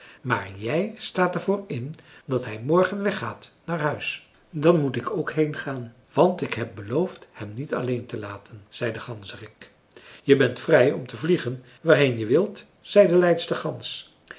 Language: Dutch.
maar jij staat er voor in dat hij morgen weggaat naar huis dan moet ik ook heengaan want ik heb beloofd hem niet alleen te laten zei de ganzerik je bent vrij om te vliegen waarheen je wilt zei de leidster gans